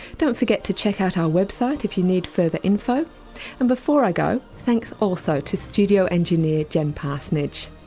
don't forget to check out our website if you need further info and, before i go, thanks also to studio engineer jen parsonage.